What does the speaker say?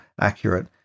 accurate